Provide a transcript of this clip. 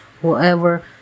whoever